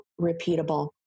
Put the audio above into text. repeatable